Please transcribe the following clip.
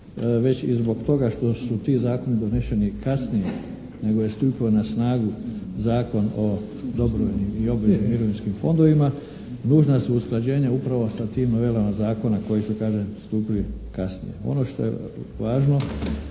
već i zbog toga što su ti zakoni doneseni kasnije nego je stupio na snagu Zakon o dobrovoljnim i obveznim mirovinskim fondovima nužna su usklađenja upravo sa tim novelama zakona koji su kažem stupili kasnije. Ono što je važno